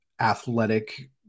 athletic